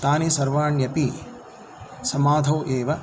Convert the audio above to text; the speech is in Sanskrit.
तानि सर्वाण्यपि समाधौ एव